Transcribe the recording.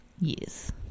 Yes